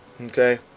okay